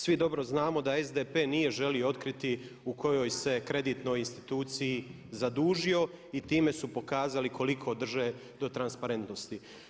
Svi dobro znamo da SDP nije želio otkriti u kojoj se kreditnoj instituciji zadužio i time su pokazali koliko drže do transparentnosti.